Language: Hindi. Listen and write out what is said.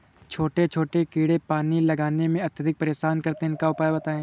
छोटे छोटे कीड़े पानी लगाने में अत्याधिक परेशान करते हैं इनका उपाय बताएं?